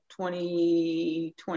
2020